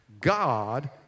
God